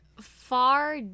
far